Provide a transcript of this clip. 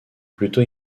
plutôt